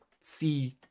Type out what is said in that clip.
see